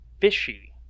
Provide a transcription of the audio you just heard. fishy